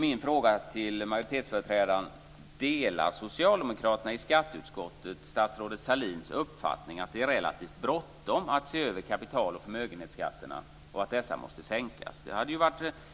Min fråga till majoritetsföreträdaren blir: Delar socialdemokraterna i skatteutskottet statsrådet Sahlins uppfattning att det är relativt bråttom att se över kapital och förmögenhetsskatterna, och att dessa måste sänkas? Det skulle vara